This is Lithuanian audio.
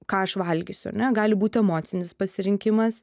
ką aš valgysiu ar ne gali būt emocinis pasirinkimas